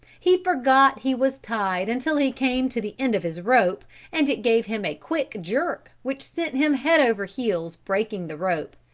he forgot he was tied until he came to the end of his rope and it gave him a quick jerk which sent him head over heels, breaking the rope.